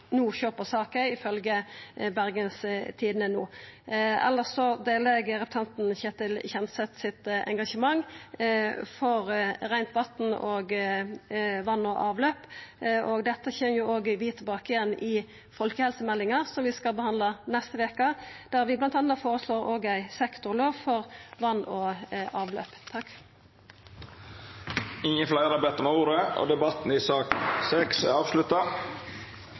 sjå på saka, ifølgje Bergens Tidende. Elles deler eg representanten Ketil Kjenseth sitt engasjement for reint vatn og vatn og avløp, og dette kjem vi jo òg tilbake til i folkehelsemeldinga, som vi skal behandla neste veke, der vi bl.a. foreslår ei sektorlov for vatn og avløp. Fleire har ikkje bedt om ordet